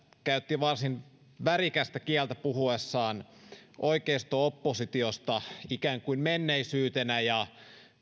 käytti varsin värikästä kieltä puhuessaan oikeisto oppositiosta ikään kuin menneisyytenä ja